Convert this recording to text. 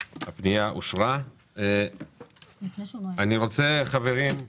הצבעה הפנייה אושרה אני רוצה, חברים,